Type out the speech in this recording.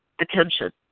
attention